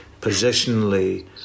positionally